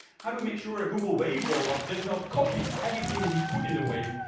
how do we make sure a google wave robot does not copy everything you put in the wave,